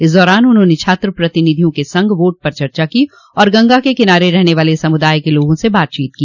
इस दौरान उन्होंने छात्र प्रतिनिधियों के संग वोट पर चर्चा की और गंगा के किनारे रहने वाले समुदाय के लोगों से बातचीत की